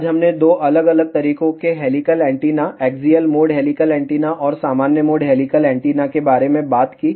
आज हमने दो अलग अलग तरीकों के helical antenna axial mode helical antenna और सामान्य मोड हेलिकल एंटीना के बारे में बात की